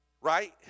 Right